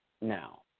Now